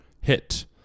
hit